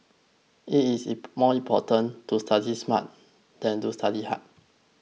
it is more important to study smart than to study hard